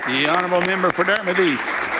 the honourable member for dartmouth east.